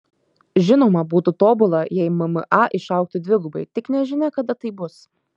žinoma būtų tobula jei mma išaugtų dvigubai tik nežinia kada tai bus